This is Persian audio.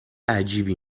عجیبی